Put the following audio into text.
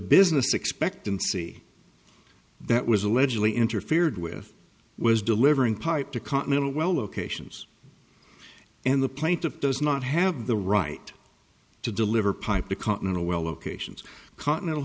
business expectancy that was allegedly interfered with was delivering pipe to continental well locations and the plaintiff does not have the right to deliver pipe the continental well locations continental